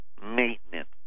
maintenance